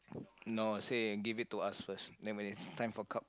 no say give it to us first then when it's time for cup